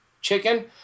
chicken